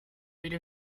rate